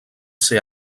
ser